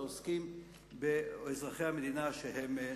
העוסקים באזרחי המדינה שהם נוצרים.